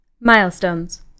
Milestones